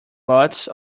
lots